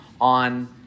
on